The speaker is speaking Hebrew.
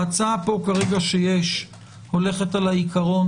ההצעה פה כרגע שיש הולכת על העיקרון